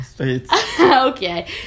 Okay